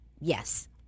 Yes